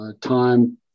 time